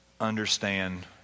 understand